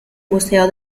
museo